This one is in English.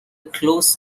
close